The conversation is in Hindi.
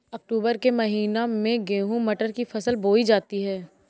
अक्टूबर के महीना में गेहूँ मटर की फसल बोई जाती है